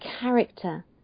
character